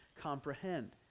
comprehend